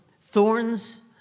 thorns